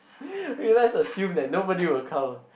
okay let's assume that nobody will come